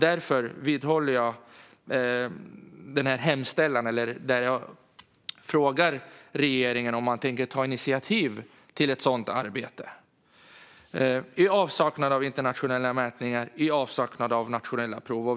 Därför vidhåller jag hemställan till regeringen där jag frågar om den tänker ta initiativ till ett sådant arbete, i avsaknad av internationella mätningar och i avsaknad av nationella prov.